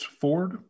Ford